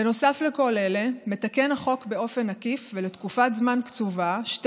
בנוסף לכל אלה מתקן החוק באופן עקיף ולתקופת זמן קצובה שתי